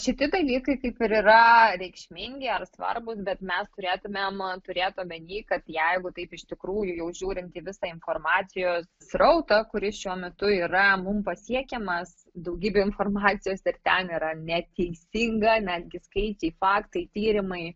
šiti dalykai kaip ir yra reikšmingi ar svarbūs bet mes turėtumėm turėt omeny kad jeigu taip iš tikrųjų jau žiūrint į visą informacijos srautą kuris šiuo metu yra mum pasiekiamas daugybė informacijos ir ten yra neteisinga netgi skaičiai faktai tyrimai